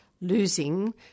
losing